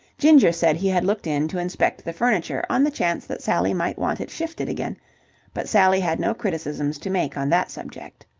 ginger said he had looked in to inspect the furniture on the chance that sally might want it shifted again but sally had no criticisms to make on that subject.